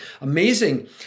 amazing